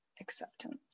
acceptance